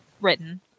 written